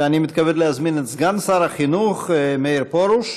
אני מתכבד להזמין את סגן שר החינוך מאיר פרוש.